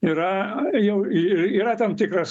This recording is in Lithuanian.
yra jau yra tam tikras